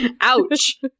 Ouch